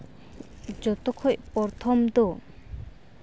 ᱡᱚᱛᱚ ᱠᱷᱚᱡ ᱯᱨᱚᱛᱷᱚᱢ ᱫᱚ